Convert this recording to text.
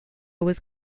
was